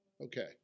Okay